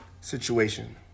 situation